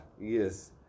yes